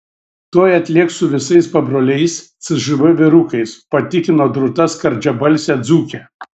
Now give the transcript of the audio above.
tuoj atlėks su visais pabroliais cžv vyrukais patikino drūta skardžiabalsė dzūkė